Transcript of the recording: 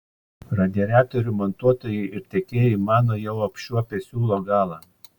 radiatorių montuotojai ir tiekėjai mano jau apčiuopę siūlo galą